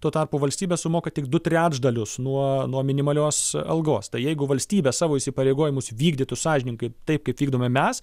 tuo tarpu valstybė sumoka tik du trečdalius nuo nuo minimalios algos tai jeigu valstybė savo įsipareigojimus vykdytų sąžiningai taip kaip vykdome mes